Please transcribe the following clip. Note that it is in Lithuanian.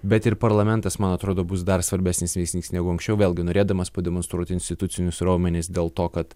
bet ir parlamentas man atrodo bus dar svarbesnis veiksnys negu anksčiau vėlgi norėdamas pademonstruoti institucinius raumenis dėl to kad